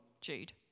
Jude